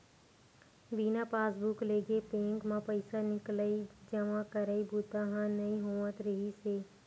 बिना पासबूक लेगे बेंक म पइसा निकलई, जमा करई बूता ह नइ होवत रिहिस हे